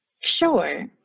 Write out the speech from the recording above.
Sure